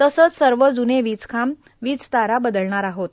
तसेच सर्व ज्ने वीज खांब विजतारा बदलणार आहोत